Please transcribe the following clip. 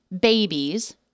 babies